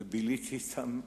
וביליתי אתם,